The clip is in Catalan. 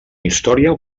història